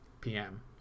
pm